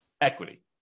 equity